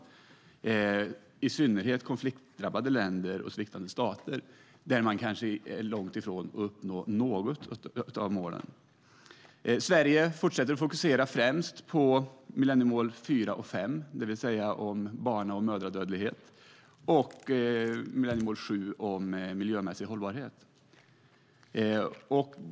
Det gäller i synnerhet konfliktdrabbade länder och sviktande stater där man kanske är långt ifrån att uppnå något av målen. Sverige fortsätter att fokusera främst på millenniemålen 4 och 5, det vill säga om minskad barnadödlighet och mödradödlighet, och millenniemål 7 om miljömässig hållbarhet.